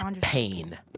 pain